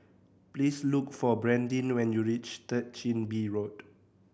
please look for Brandyn when you reach Third Chin Bee Road